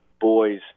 boys